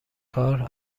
کار